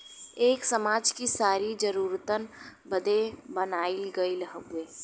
एक समाज कि सारी जरूरतन बदे बनाइल गइल हउवे